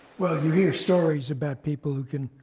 well, you hear stories about people who can